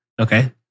Okay